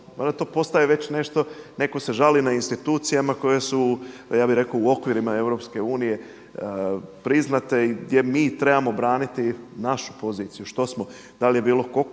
to postaje već nešto, netko se žali na institucijama koje su ja bih rekao u okvirima Europske unije priznate i gdje mi trebamo braniti našu poziciju što smo, da li je bilo kokoš